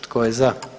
Tko je za?